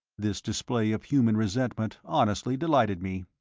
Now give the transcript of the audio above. this display of human resentment honestly delighted me.